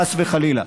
חס וחלילה,